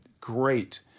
great